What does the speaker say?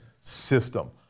system